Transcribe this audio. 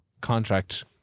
contract